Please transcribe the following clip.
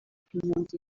kunyonga